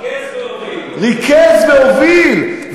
ריכז והוביל.